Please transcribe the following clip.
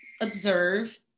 observe